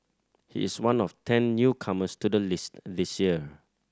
he is one of ten newcomers to the list this year